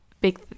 big